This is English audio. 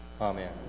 Amen